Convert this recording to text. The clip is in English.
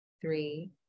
three